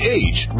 age